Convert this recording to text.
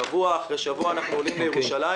שבוע אחרי שבוע אנחנו עולים לירושלים